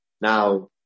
Now